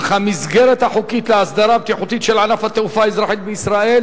אך המסגרת החוקית להסדרה הבטיחותית של ענף התעופה האזרחית בישראל